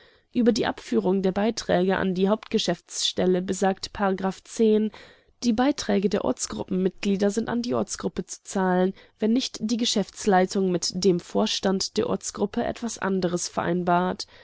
über die abführung der beiträge an die hauptgeschäftsstelle besagt die beiträge der ortsgruppen-mitglieder sind an die ortsgruppe zu zahlen wenn nicht die geschäftsleitung mit dem vorstand der ortsgruppe etwas anderes vereinbart